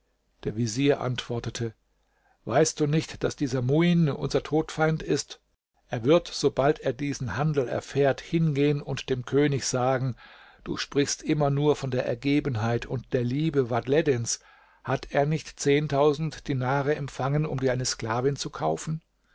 der vezier antwortete weißt du nicht daß dieser muin unser todfeind ist er wird sobald er diesen handel erfährt hingehen und dem könig sagen du sprichst immer nur von der ergebenheit und der liebe vadhleddins hat er nicht dinare empfangen um dir eine sklavin zu kaufen